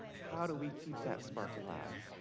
how do we keep that spark alive?